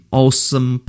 awesome